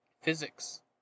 Physics